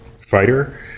fighter